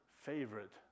favorite